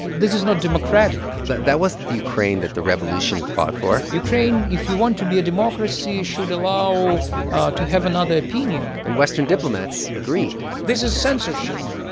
but this is not democratic but that wasn't the ukraine that the revolution had fought for ukraine if you want to be a democracy should allow to have another opinion and western diplomats agreed this is censorship